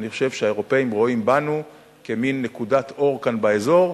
אני חושב שהאירופים רואים בנו כמין נקודת אור כאן באזור,